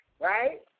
right